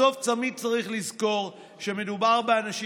בסוף תמיד צריך לזכור שמדובר באנשים